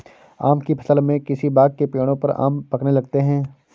आम की फ़सल में किसी बाग़ के पेड़ों पर आम पकने लगते हैं